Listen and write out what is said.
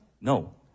No